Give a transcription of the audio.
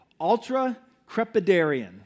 Ultra-crepidarian